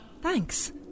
Thanks